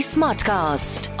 Smartcast